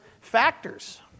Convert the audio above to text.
factors